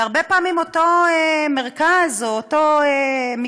והרבה פעמים אותו מרכז, או אותו מקלט,